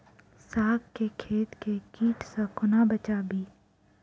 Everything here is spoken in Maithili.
साग केँ खेत केँ कीट सऽ कोना बचाबी?